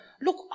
look